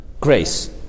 grace